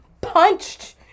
punched